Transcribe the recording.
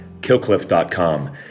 KillCliff.com